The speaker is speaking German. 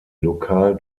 lokal